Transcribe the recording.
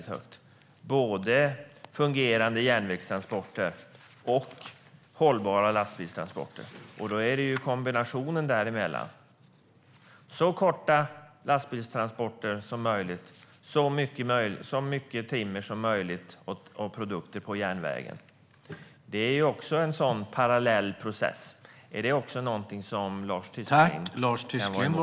Det gäller både fungerande järnvägstransporter och hållbara lastbilstransporter, och kombinationen däremellan - så korta lastbilstransporter som möjligt och så mycket timmer och produkter som möjligt på järnvägen - är viktig. Det är också en parallell process. Är Lars Tysklind emot den också?